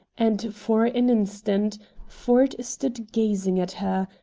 and for an instant ford stood gazing at her,